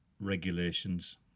regulations